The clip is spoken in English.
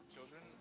Children